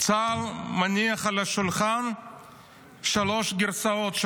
צה"ל מניח על השולחן שלוש גרסאות,